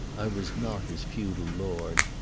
i was not his feudal lord,